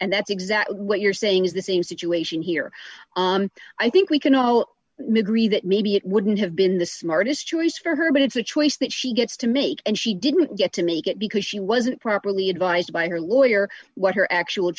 and that's exactly what you're saying is the same situation here i think we can all mcgreevey that maybe it wouldn't have been the smartest choice for her but it's a choice that she gets to make and she didn't get to make it because she wasn't properly advised by her lawyer what her actual